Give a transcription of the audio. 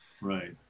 right